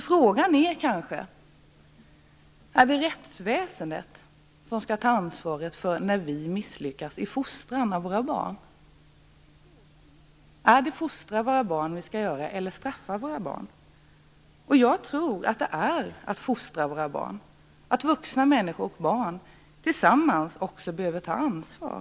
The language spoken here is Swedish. Frågan är kanske: Är det rättsväsendet som skall ta ansvaret för när vi misslyckas i fostran av våra barn? Är det fostra våra barn vi skall göra, eller straffa våra barn? Jag tror att det är att fostra våra barn och att vuxna människor och barn tillsammans behöver ta ansvar.